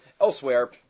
elsewhere